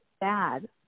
bad